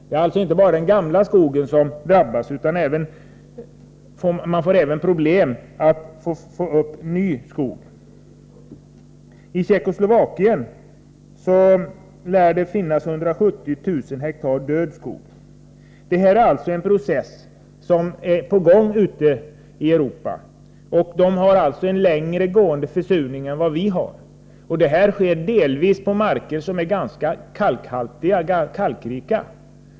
Det är alltså inte bara den gamla skogen som drabbas utan det är även problem med att få upp ny skog. I Tjeckoslovakien lär det finnas 170 000 hektar död skog. Det här är alltså en process som är på gång ute i Europa, och där har man alltså en längre gående försurning än vad vi har. Det här sker delvis på marker som är ganska kalkrika.